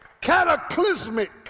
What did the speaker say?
cataclysmic